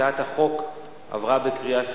הצעת החוק עברה בקריאה שלישית.